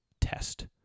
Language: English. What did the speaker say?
test